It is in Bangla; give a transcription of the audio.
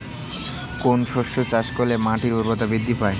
কোন শস্য চাষ করলে মাটির উর্বরতা বৃদ্ধি পায়?